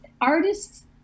artists